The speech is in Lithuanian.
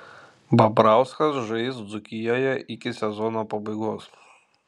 babrauskas žais dzūkijoje iki sezono pabaigos